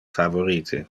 favorite